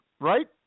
right